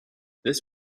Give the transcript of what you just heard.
this